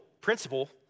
principle